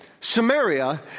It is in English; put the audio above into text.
Samaria